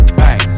bang